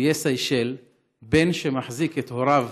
באיי סיישל בן שמחזיק את הוריו